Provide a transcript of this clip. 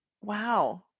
Wow